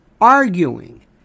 arguing